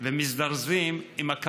אבל תחשוב על תל אביב או על ירושלים.